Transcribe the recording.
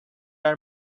are